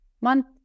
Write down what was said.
month